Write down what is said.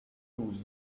douze